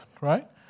Right